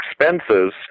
expenses